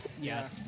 Yes